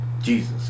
Jesus